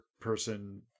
person